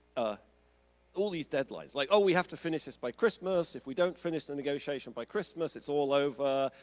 ah all these deadlines, like, oh, we have to finish this by christmas. if we don't finish the negotiation by christmas, it's all over,